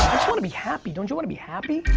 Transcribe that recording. want to be happy, don't you want to be happy?